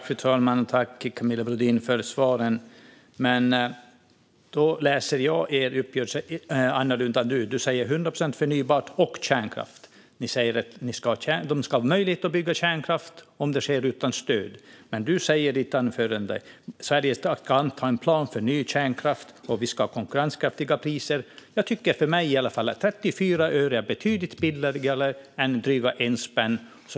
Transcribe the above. Fru talman! Tack, Camilla Brodin, för svaren! Men då läser jag er uppgörelse annorlunda än vad du gör. Du talar om 100 procent förnybart och kärnkraft. Ni säger att man ska ha möjlighet att bygga kärnkraft om det sker utan stöd. Men du säger i ditt anförande att Sverige ska anta en plan för ny kärnkraft och att vi ska ha konkurrenskraftiga priser. För mig är i alla fall 34 öre betydligt billigare än drygt en spänn.